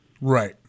Right